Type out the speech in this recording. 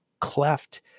cleft